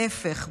להפך,